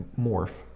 morph